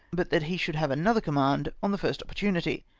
but that he should have another command on the first opportunity.